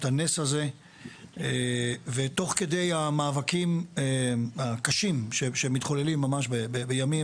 את הנס הזה ותוך כדי המאבקים הקשים שמתחוללים ממש בימים,